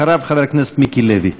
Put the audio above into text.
אחריו, חבר הכנסת מיקי לוי.